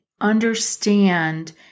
understand